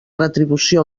retribució